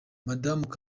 madamu